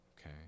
okay